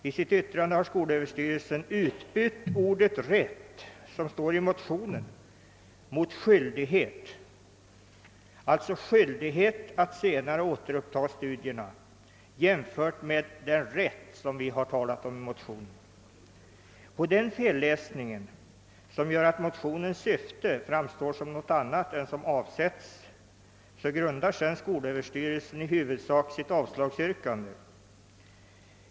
I detta yttrande har = skolöverstyrelsen utbytt ordet »rätt», som står i motionen, mot »skyldighet» — alltså skyldighet att senare återuppta studierna i motsats till den rätt som vi har talat om, På denna felläsning, som gör att motionens syfte framstår som ett annat än vad som avsetts, grundar sedan skolöverstyrelsen i huvudsak sitt avslagsyrkande.